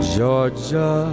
Georgia